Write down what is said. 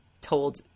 told